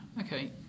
Okay